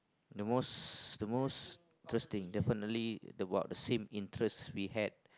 the most the most interesting definitely about the same interest we had